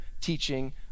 teaching